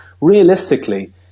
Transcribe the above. realistically